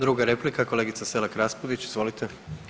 Druga replika kolegica Selak Raspudić, izvolite.